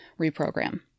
reprogram